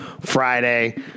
Friday